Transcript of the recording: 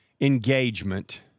engagement